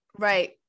Right